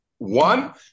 one